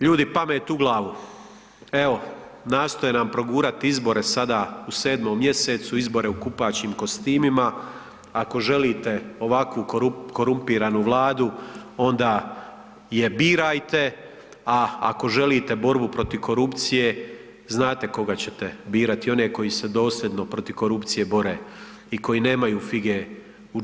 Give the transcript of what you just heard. Ljudi, pamet u glavu, evo, nastoje nam progurati izbore sada u 7. mjesecu, izbore u kupaćim kostimima, ako želite ovakvu korumpiranu Vladu, onda je birajte, a ako želite borbu protiv korupcije, znate koga ćete birati, one koji se dosljedno protiv korupcije bore i koji nemaju fige u džepu.